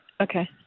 okay